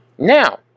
Now